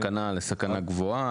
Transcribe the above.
סכנה לסכנה גבוהה.